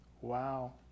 wow